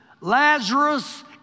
Lazarus